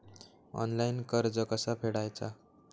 Online कर्ज कसा फेडायचा?